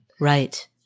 Right